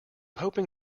hoping